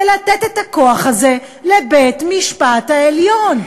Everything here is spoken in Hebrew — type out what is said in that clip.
ולתת את הכוח הזה לבית-המשפט העליון.